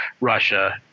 Russia